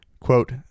quote